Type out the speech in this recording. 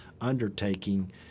undertaking